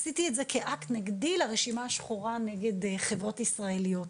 עשיתי את זה כאקט נגדי לרשימה השחורה נגד חברות ישראליות.